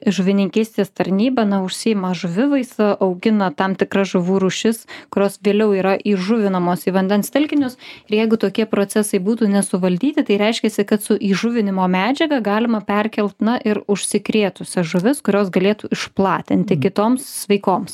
žuvininkystės tarnyba na užsiima žuvivaisa augina tam tikras žuvų rūšis kurios vėliau yra įžuvinamos į vandens telkinius ir jeigu tokie procesai būtų nesuvaldyti tai reiškiasi kad su įžuvinimo medžiaga galima perkelt na ir užsikrėtusias žuvis kurios galėtų išplatinti kitoms sveikoms